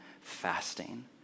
fasting